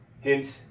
Hint